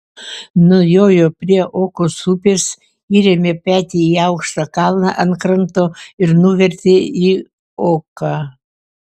nujojo prie okos upės įrėmė petį į aukštą kalną ant kranto ir nuvertė į oką